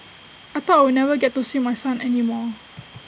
I thought I would never get to see my son any more